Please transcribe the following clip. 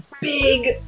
big